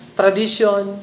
tradition